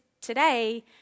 today